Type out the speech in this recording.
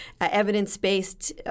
Evidence-based